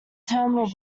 terminal